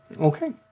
Okay